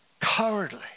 cowardly